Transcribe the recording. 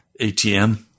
ATM